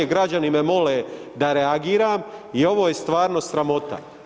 Građani me mole da reagiram i ovo je stvarno sramota.